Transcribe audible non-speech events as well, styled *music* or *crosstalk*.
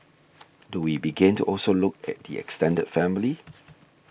*noise* do we begin to also look at the extended family